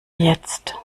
jetzt